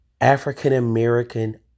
African-American